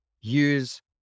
use